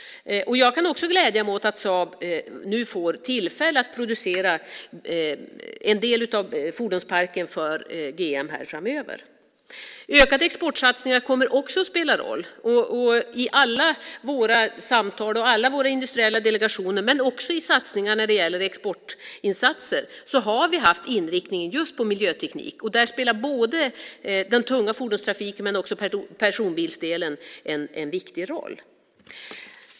Jag kan också glädja mig åt att Saab nu får tillfälle att producera en del av fordonsparken för GM framöver. Ökade exportsatsningar kommer också att spela roll. I alla våra samtal och alla våra industriella delegationer men också när det gäller exportinsatser har vi haft inriktningen just på miljöteknik. Där spelar både den tunga fordonstrafiken och personbilsdelen en viktig roll.